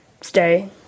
stay